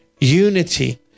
unity